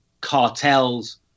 cartels